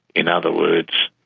in other words,